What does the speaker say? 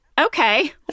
okay